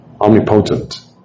omnipotent